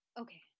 Okay